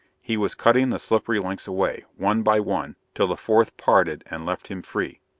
he was cutting the slippery lengths away, one by one, till the fourth parted and left him free.